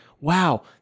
wow